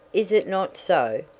is it not so?